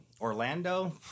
Orlando